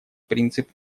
принцип